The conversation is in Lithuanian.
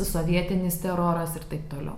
sovietinis teroras ir taip toliau